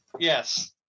yes